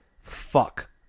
Fuck